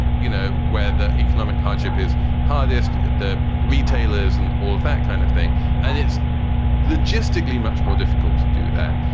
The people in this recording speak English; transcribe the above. you know, where the economic hardship is hardest. the retailers and all of that kind of thing and it's logistically much more difficult to do that,